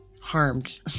harmed